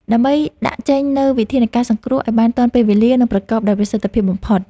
ដើម្បីដាក់ចេញនូវវិធានការសង្គ្រោះឱ្យបានទាន់ពេលវេលា និងប្រកបដោយប្រសិទ្ធភាពបំផុត។